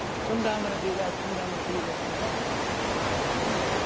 sometime i'm going to do that, sometime i'm going to be this, sometime and i'm are you kidding me?